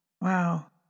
Wow